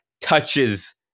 touches